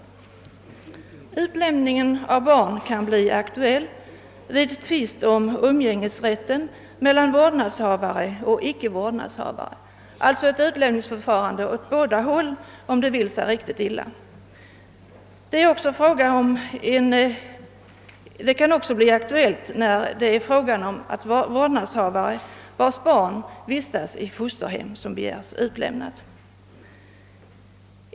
Utlämningen av barn kan bli aktuell vid tvist om umgängesrätten mellan vårdnadshavare och icke vårdnadshavare. Det kan alltså bli ett utlämningsförfarande åt båda hållen, om det vill sig riktigt illa. Det kan också gälla vårdnadshavare vars barn vistas i fosterhem och begärs utlämnat.